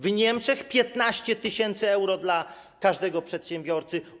W Niemczech - 15 tys. euro dla każdego przedsiębiorcy.